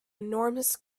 enormous